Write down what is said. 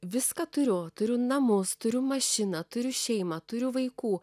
viską turiu turiu namus turiu mašiną turiu šeimą turiu vaikų